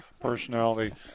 personality